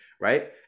right